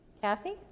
Kathy